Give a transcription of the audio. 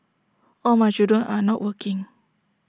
all my children are not working